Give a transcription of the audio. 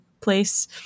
place